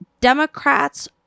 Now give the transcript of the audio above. Democrats